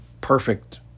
perfect